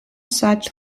such